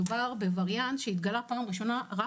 מדובר בווריאנט שהתגלה בפעם הראשונה רק